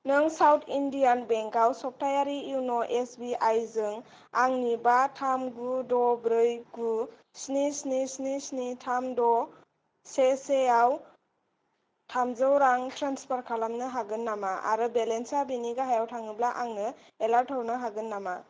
नों South Indian बेंकआव सप्तायारि इउन' एस बि आइ जों आंनि बा थाम गु द' ब्रै गु स्नि स्नि स्नि स्नि थाम द' से से आव थामजौ रां ट्रेन्सफार खालामनो हागोन नामा आरो बेलेन्सा बेनि गाहायाव थाङोब्ला आंनो एलार्ट हरनो हागोन नामा